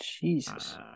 jesus